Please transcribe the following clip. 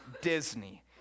Disney